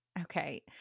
Okay